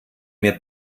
mir